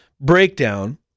breakdown